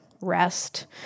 Rest